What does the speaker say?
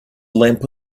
lamp